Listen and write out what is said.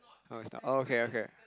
oh is the okay okay